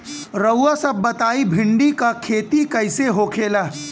रउआ सभ बताई भिंडी क खेती कईसे होखेला?